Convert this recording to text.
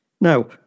Now